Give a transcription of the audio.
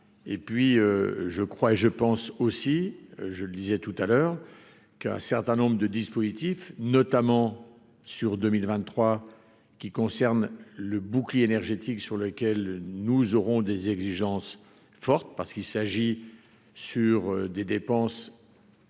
et puis je crois et je pense aussi, je le disais tout à l'heure qu'un certain nombre de dispositifs notamment sur 2023 qui concerne le bouclier énergétique sur lequel nous aurons des exigences fortes parce qu'il s'agit sur des dépenses très qui